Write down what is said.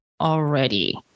already